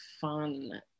fun